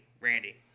Randy